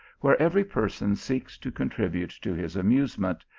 where every person seeks to con tribute to his amusement,